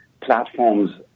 platforms